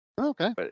Okay